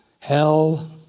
Hell